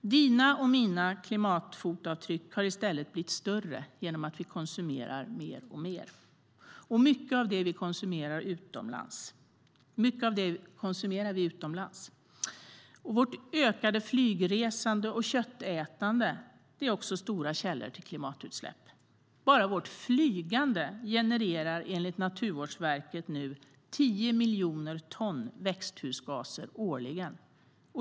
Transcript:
Dina och mina klimatfotavtryck har i stället blivit större genom att vi konsumerar mer och mer. Mycket av detta konsumerar vi utomlands. Vårt ökade flygresande och köttätande är också stora källor till klimatutsläpp. Bara vårt flygande genererar enligt Naturvårdsverket nu 10 miljoner ton växthusgaser årligen.